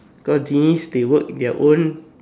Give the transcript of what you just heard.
cause genies they work their own